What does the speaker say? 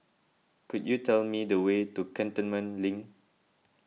could you tell me the way to Cantonment Link